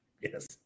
Yes